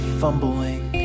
fumbling